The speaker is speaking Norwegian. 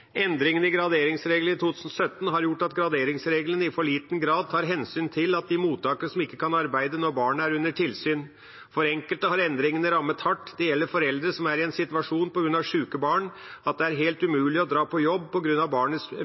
i graderingsregler i 2017 har gjort at graderingsreglene i for liten grad tar hensyn til de mottakere som ikke kan arbeide når barnet er under tilsyn. For enkelte har endringene rammet hardt. Det gjelder foreldre som er i en situasjon der det på grunn av syke barn er helt umulig å dra på jobb på grunn av barnets